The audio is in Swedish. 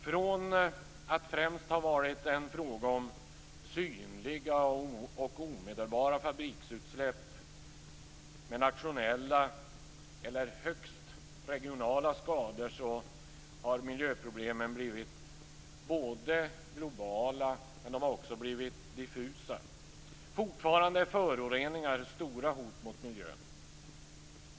Från att främst ha varit en fråga om synliga och omedelbara fabriksutsläpp med nationella eller högst regionala skador har miljöproblemen blivit globala och diffusa. Fortfarande är föroreningar stora hot mot miljön.